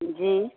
जी